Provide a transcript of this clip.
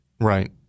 Right